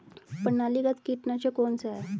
प्रणालीगत कीटनाशक कौन सा है?